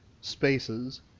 spaces